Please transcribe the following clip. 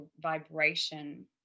vibration